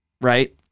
Right